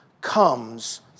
comes